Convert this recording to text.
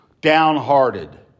downhearted